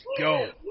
go